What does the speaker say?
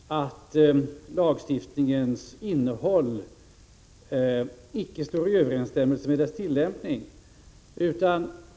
Herr talman! Jag delar inte finansministerns uppfattning att jag skulle ha begärt att han skall göra våld på den svenska grundlagen genom att här uttala att lagstiftningens innehåll icke står i överensstämmelse med dess tillämpning.